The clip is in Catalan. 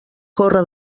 corre